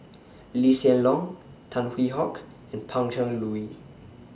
Lee Hsien Loong Tan Hwee Hock and Pan Cheng Lui